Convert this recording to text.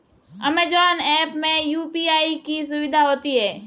Amazon app में UPI की सुविधा होती है